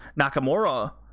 Nakamura